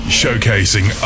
showcasing